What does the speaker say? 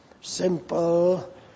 simple